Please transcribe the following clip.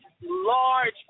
large